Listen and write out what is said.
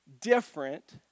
Different